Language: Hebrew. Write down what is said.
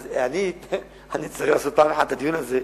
אז כולם גיבורים,